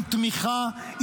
עם תמיכה,